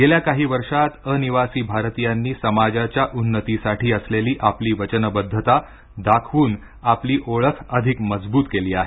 गेल्या काही वर्षांत अनिवासी भारतीयांनी समाजाच्या उन्नतीसाठी असलेली आपली वचनबद्धता दाखवून आपली ओळख अधिक मजबूत केली आहे